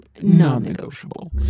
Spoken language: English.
non-negotiable